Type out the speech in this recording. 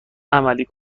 کنیم